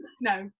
no